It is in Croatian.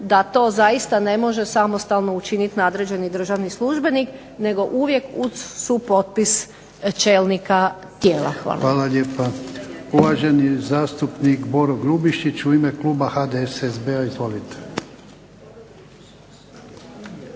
da to zaista ne može samostalno učiniti nadređeni državni službenik nego uvijek uz supotpis čelnika tijela. Hvala lijepa. **Jarnjak, Ivan (HDZ)** Hvala lijepa. Uvaženi zastupnik Boro Grubišić u ime kluba HDSSB-a. Izvolite.